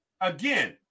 Again